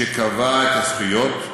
שקבעה את הזכויות,